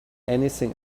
anything